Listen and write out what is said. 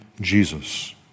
Jesus